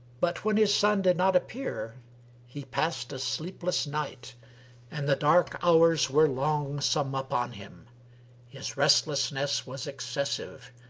but when his son did not appear he passed a sleepless night and the dark hours were longsome upon him his restlessness was excessive,